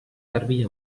garbí